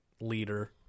leader